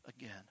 again